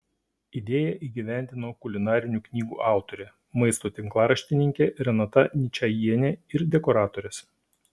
idėją įgyvendino kulinarinių knygų autorė maisto tinklaraštininkė renata ničajienė ir dekoratorės